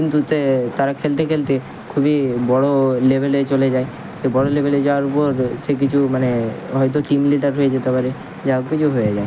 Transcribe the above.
কিন্তু যে তারা খেলতে খেলতে খুবই বড়ো লেভেলে চলে যায় সে বড়ো লেভেলে যাওয়ার পর সে কিছু মানে হয়তো টিম লিডার হয়ে যেতে পারে যা হোক কিছু হয়ে যায়